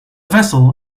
vessel